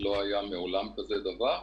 לא היה מעולם כזה דבר.